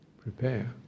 prepare